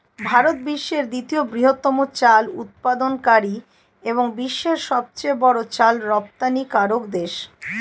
ভারত বিশ্বের দ্বিতীয় বৃহত্তম চাল উৎপাদনকারী এবং বিশ্বের সবচেয়ে বড় চাল রপ্তানিকারক দেশ